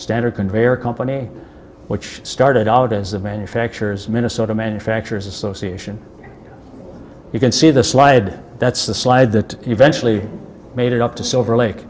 standard conveyer company which started out as the manufacturers minnesota manufacturers association you can see the slide that's the slide that eventually made it up to silver lake